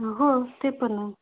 हो ते पण आहे